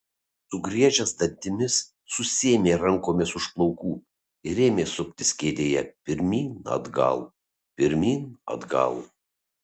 sugriežęs dantimis susiėmė rankomis už plaukų ir ėmė suptis kėdėje pirmyn atgal pirmyn atgal